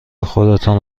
خودتان